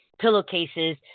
pillowcases